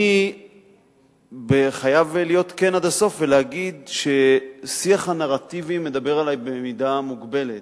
אני חייב להיות כן עד הסוף ולהגיד ששיח הנרטיבים מדבר אלי במידה מוגבלת.